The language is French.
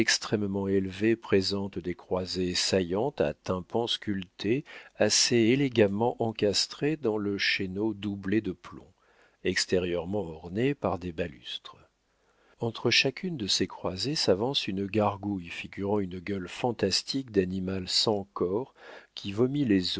extrêmement élevé présente des croisées saillantes à tympans sculptés assez élégamment encastrées dans le chéneau doublé de plomb extérieurement orné par des balustres entre chacune de ces croisées s'avance une gargouille figurant une gueule fantastique d'animal sans corps qui vomit les